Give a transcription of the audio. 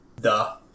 Duh